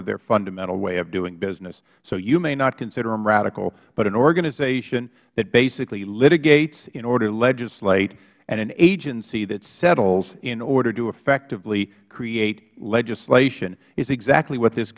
of their fundamental way of doing business so you may not consider them radical but an organization that basically litigates in order to legislate and an agency that settles in order to effectively create legislation is exactly what this